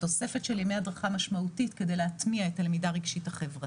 תוספת של ימי הדרכה משמעותית כדי להטמיע את הלמידה הרגשית-חברתית,